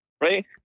right